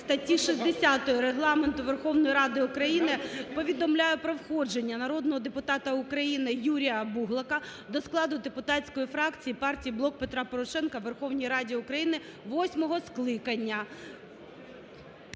статті 60 Регламенту Верховної Ради України повідомляю про входження народного депутата України Юрія Буглака до складу депутатської фракції Партії "Блок Петра Порошенка" у Верховній Раді України восьмого скликання.